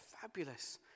fabulous